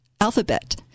Alphabet